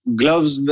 gloves